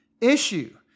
issue